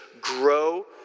grow